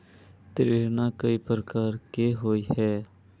ऋण कई प्रकार होए है?